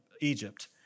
Egypt